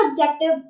objective